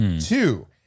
Two